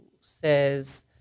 says